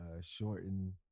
shorten